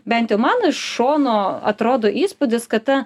bent jau man iš šono atrodo įspūdis kad ta